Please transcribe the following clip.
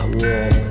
wall